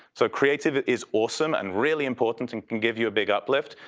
so creative is awesome and really important and can give you a big uplift,